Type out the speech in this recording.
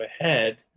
ahead